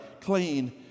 clean